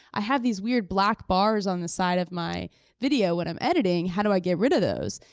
i have these weird black bars on the side of my video when i'm editing. how do i get rid of those?